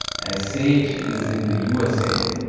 as sage is in the u s a.